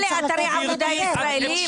אלה אתרי עבודה ישראלים.